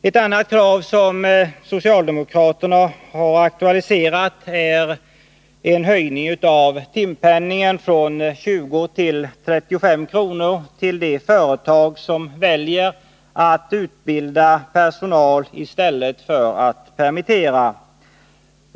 Ett annat krav som socialdemokraterna har aktualiserat är en höjning av timpenningen från 20 till 35 kr. för de företag som väljer att utbilda personal i stället för att permittera.